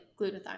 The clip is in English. glutathione